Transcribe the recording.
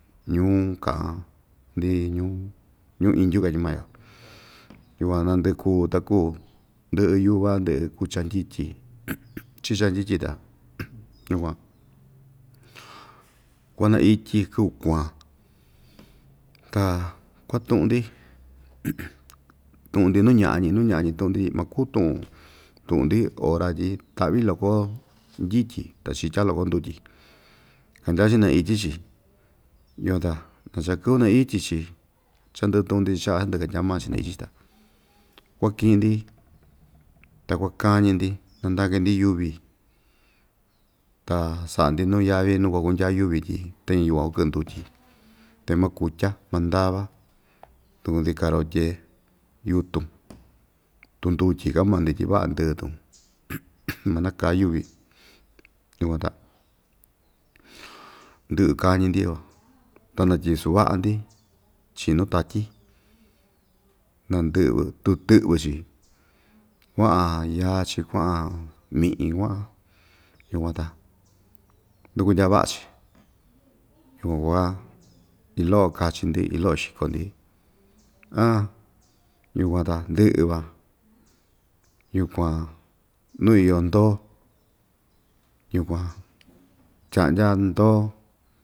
Ñuu kaꞌan‑ndi ñuu ñuu indyu katyi maa‑yo yukuan naa ndɨꞌɨ kuu ta kuꞌu ndɨꞌɨ yuva ndɨꞌɨ kucha ndyityi chicha ndyityi ta yukuan kuana ityi ta kuatuꞌu‑ndi tuꞌu‑ndi nuu ñaꞌa‑ñi nuu ñaꞌa‑ñi tuꞌu‑ndi tyi makuu tuꞌun tuꞌun‑ndi ora tyi taꞌvi loko ndyityi ta chitya loko ndutyi kandya‑chi naityi‑chi yukuan ta na chaa kɨvɨ naityi‑chi cha ndɨꞌɨ tuꞌu‑ndi chaꞌa ndɨꞌɨ kandya maa‑chi naityi‑chi ta kuakiꞌi‑ndi ta kuakañi‑ndi nandaki‑ndi yuvi ta saꞌa‑ndi nuu yavi nuu kuakundya yuvi tyi tañi yukuan kɨꞌɨ ndutyi tañi maa kutya maa ndava nduku‑ndi karotye yutun tundutyi kaꞌan maa‑ndi tyi vaꞌa ndɨɨtun maa nakaa yuvi yukuan ta ndɨꞌɨ kañi‑ndi uu ta natyiso vaꞌa‑ndi chii nuu tatyi nandɨꞌvɨ tutɨꞌvɨ‑chi kuaꞌan yaa‑chi kuaꞌan miꞌin kuaꞌan yukuan ta nduku ndyaa vaꞌa‑chi yukuan kua loꞌo kachi‑ndi iin loꞌo xiko‑ndi aan yukuan ta ndɨꞌɨ van yukuan nuu iyo ndoo yukuan tyaꞌndya ndoo.